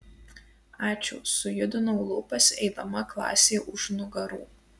ačiū sujudinau lūpas eidama klasei už nugarų